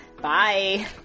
bye